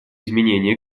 изменения